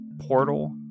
portal